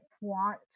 want